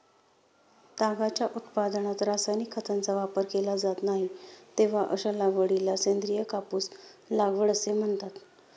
तागाच्या उत्पादनात रासायनिक खतांचा वापर केला जात नाही, तेव्हा अशा लागवडीला सेंद्रिय कापूस लागवड असे म्हणतात